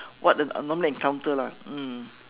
what I I normally encounter lah mm